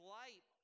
light